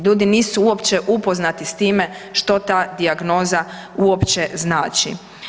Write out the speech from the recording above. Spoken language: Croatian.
Ljudi nisu uopće upoznati s time što ta dijagnoza uopće znači.